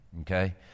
okay